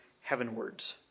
heavenwards